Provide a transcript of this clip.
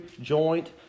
joint